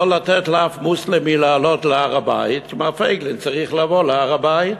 לא לתת לאף מוסלמי לעלות להר-הבית כי מר פייגלין צריך לבוא להר-הבית,